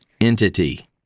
entity